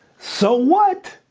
so what,